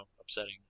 upsetting